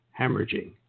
Hemorrhaging